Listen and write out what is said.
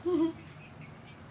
mm mm